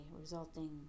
resulting